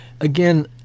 Again